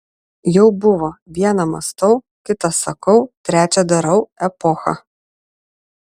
jau buvo viena mąstau kita sakau trečia darau epocha